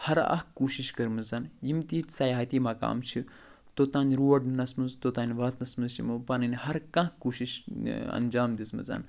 ہر اَکھ کوٗشِش کٔرٕمٕژَن یِم تہِ ییٚتہِ سیاحتی مقام چھِ توٚتانۍ یور نِنَس منٛز توٚتانۍ واتنَس منٛز چھِ یِمَو پَنٕنۍ ہر کانٛہہ کوٗشِش انجام دِژمٕژَن